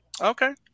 Okay